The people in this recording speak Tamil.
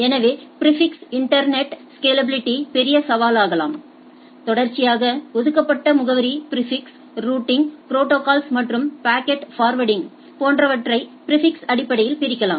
எனவே பிாிஃபிக்ஸ்கள் இன்டர்நெட் ஸ்கேலாபிலிட்டியில் பெரிய சவாலாகும் தொடர்ச்சியாக ஒதுக்கப்பட்ட முகவரி பிாிஃபிக்ஸ் ரூட்டிங் ப்ரோடோகால்ஸ் மற்றும் பாக்கெட்ஃபார்வர்டிங் போன்றவற்றை பிாிஃபிக்ஸ்களின் அடிப்படையில் பிரிக்கலாம்